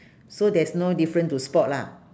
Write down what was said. so there's no different to spot lah